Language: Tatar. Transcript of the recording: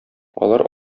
алар